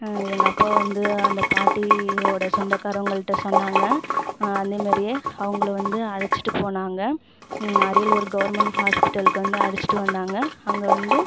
எங்கள் அப்பா வந்து அந்தப் பாட்டியோடய சொந்தக்காரங்கள்ட்ட சொன்னாங்க அதே மாதிரியே அவங்கள வந்து அழைச்சிட்டு போனாங்க அரியலூர் கவுர்மெண்ட் ஹாஸ்பிட்டலுக்கு வந்து அழைச்சிட்டு வந்தாங்க அங்கே வந்து